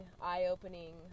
eye-opening